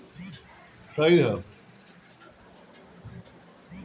पशुपालन प्रणाली आधुनिक विज्ञान के देन हवे